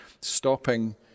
stopping